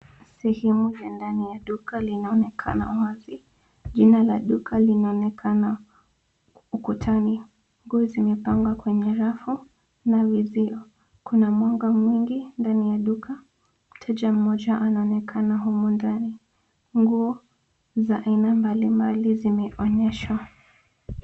Sehemu ya ndani ya duka linaonekana wazi. Jina la duka linaonekana ukutani. Nguo zimepangwa kwenye rafu la uzio. Kuna mwanga mwingi ndani ya duka. Mteja mmoja anaonekana humu ndani. Nguo za aina mbalimbali zimeonyeshwa.